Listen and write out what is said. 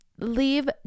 leave